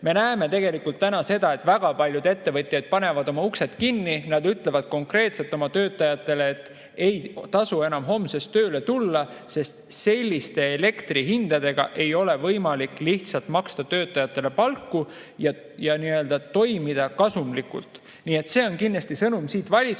Me näeme tegelikult täna seda, et väga paljud ettevõtjad panevad oma uksed kinni. Nad ütlevad konkreetselt oma töötajatele, et ei tasu enam homsest tööle tulla, sest selliste elektrihindadega ei ole lihtsalt võimalik töötajatele palku maksta ja toimida kasumlikult. See on kindlasti sõnum siit valitsusele,